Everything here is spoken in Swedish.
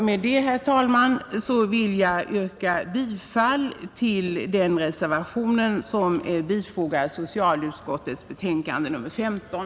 Med detta, herr talman, vill jag yrka bifall till den reservation som är bifogad socialutskottets betänkande nr 15.